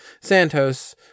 Santos